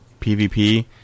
PvP